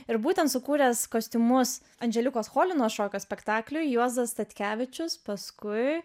ir būtent sukūręs kostiumus andželikos cholinos šokio spektakliui juozas statkevičius paskui